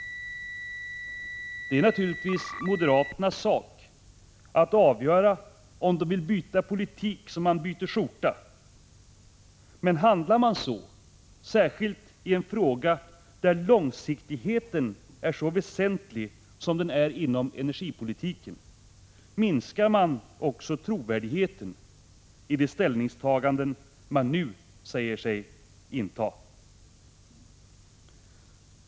Det är naturligtvis moderaternas sak att avgöra om de vill byta politik som man byter skjorta. Men handlar man så, särskilt i en fråga där långsiktigheten är så väsentlig som den är inom energipolitiken, minskar man också trovärdigheten i de ställningstaganden man nu gör.